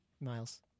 Miles